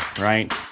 right